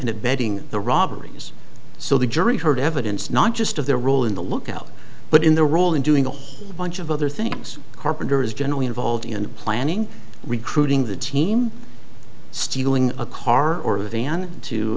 and abetting the robberies so the jury heard evidence not just of their role in the lookout but in their role in doing a whole bunch of other things carpenter is generally involved in planning recruiting the team stealing a car or a van to